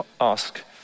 ask